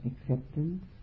acceptance